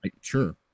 Sure